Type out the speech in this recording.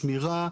שמירה,